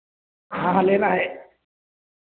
हाँ हाँ लेना है